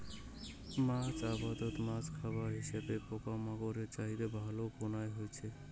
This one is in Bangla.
মাছ আবাদত মাছের খাবার হিসাবে পোকামাকড়ের চাহিদা ভালে খুনায় হইচে